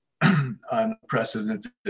unprecedented